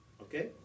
Okay